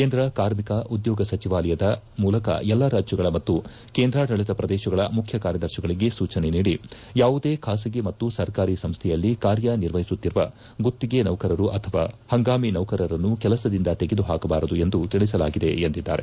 ಕೇಂದ್ರ ಕಾರ್ಮಿಕ ಉದ್ಯೋಗ ಸಚಿವಾಲಯದ ಮೂಲಕ ಎಲ್ಲಾ ರಾಜ್ಞಗಳ ಮತ್ತು ಕೇಂದ್ರಾಡಳಿತ ಪ್ರದೇಶಗಳ ಮುಖ್ಯ ಕಾರ್ಯದರ್ತಿಗಳಿಗೆ ಸೂಚನೆ ನೀಡಿ ಯಾವುದೇ ಖಾಸಗಿ ಮತ್ತು ಸರ್ಕಾರಿ ಸಂಸ್ಥೆಯಲ್ಲಿ ಕಾರ್ಯನಿರ್ವಹಿಸುತ್ತಿರುವ ಗುತ್ತಿಗೆ ನೌಕರರು ಅಥವಾ ಹಂಗಾಮಿ ನೌಕರರನ್ನು ಕೆಲಸದಿಂದ ತೆಗೆದು ಹಾಕಬಾರದೆಂದು ತಿಳಿಸಲಾಗಿದೆ ಎಂದಿದ್ದಾರೆ